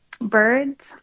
birds